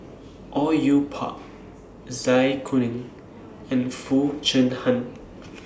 Au Yue Pak Zai Kuning and Foo Chee Han